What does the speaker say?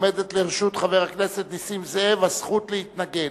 עומדת לרשות חבר הכנסת נסים זאב הזכות להתנגד.